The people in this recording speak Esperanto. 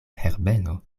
herbeno